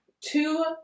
two